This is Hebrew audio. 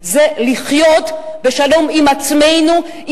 וזה לחיות בשלום עם עצמנו,